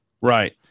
Right